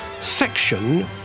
section